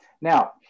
Now